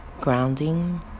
grounding